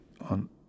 on